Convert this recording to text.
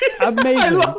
Amazing